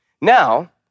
Now